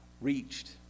reached